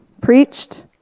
preached